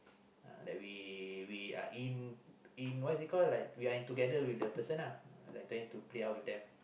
uh that we we are in in what is it call like we are in together with the person uh like planning to play out with them